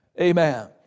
Amen